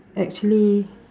actually